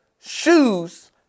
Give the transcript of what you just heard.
shoes